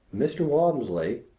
mr. walmsley,